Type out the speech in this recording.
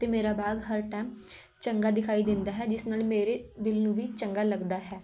ਅਤੇ ਮੇਰਾ ਬਾਗ ਹਰ ਟਾਇਮ ਚੰਗਾ ਦਿਖਾਈ ਦਿੰਦਾ ਹੈ ਜਿਸ ਨਾਲ ਮੇਰੇ ਦਿਲ ਨੂੰ ਵੀ ਚੰਗਾ ਲੱਗਦਾ ਹੈ